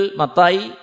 matai